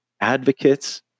Advocates